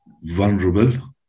vulnerable